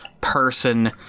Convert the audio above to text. person